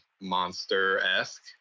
monster-esque